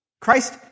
Christ